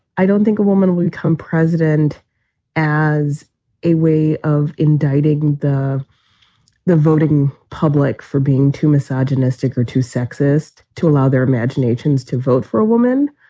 i don't think a woman would come president as a way of indicting the the voting public for being too misogynistic or too sexist to allow their imaginations to vote for a woman.